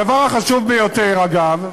הדבר החשוב, אגב,